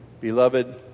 Beloved